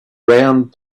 round